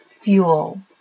fuel